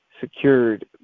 secured